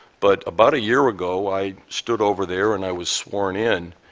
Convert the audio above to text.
but a but year ago i stood over there and i was sworn in.